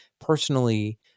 personally